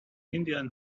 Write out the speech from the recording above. indian